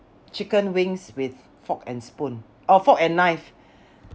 chicken wings with fork and spoon or fork and knife